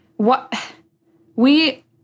What—we